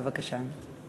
בבקשה.